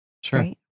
Sure